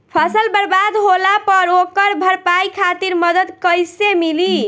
फसल बर्बाद होला पर ओकर भरपाई खातिर मदद कइसे मिली?